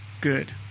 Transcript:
good